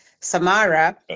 samara